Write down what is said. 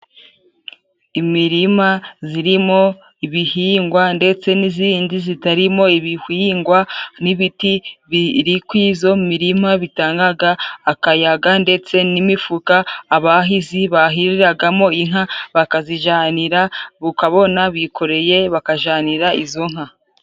Imirima zirimo ibihingwa ndetse n'izindi zitarimo ibihingwa n'ibiti biri ku izo mirima bitangaga akayaga ndetse n'imifuka abahizi bahiriragamo inka bakazijanira, ukabona bikoreye, bakajanira izo nka.